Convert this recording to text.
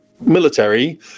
military